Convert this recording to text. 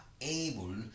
able